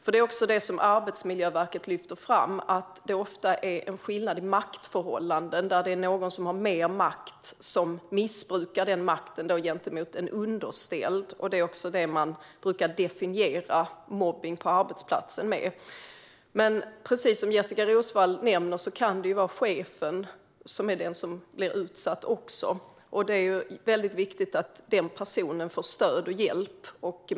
Det är också det Arbetsmiljöverket lyfter fram, att det ofta rör sig om en skillnad i maktförhållanden där någon som har mer makt missbrukar den makten gentemot en underställd. Det är också så man brukar definiera mobbning på arbetsplatsen. Precis som Jessika Roswall nämner kan det dock även vara chefen som är den som blir utsatt, och det är väldigt viktigt att den personen får stöd och hjälp.